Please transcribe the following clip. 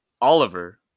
Oliver